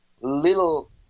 little